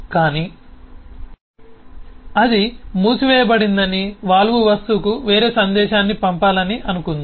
కానీ అది మూసివేయబడిందని వాల్వ్ వస్తువుకు వేరే సందేశాన్ని పంపాలని అనుకుందాం